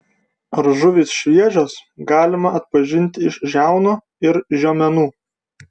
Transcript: ar žuvys šviežios galima atpažinti iš žiaunų ir žiomenų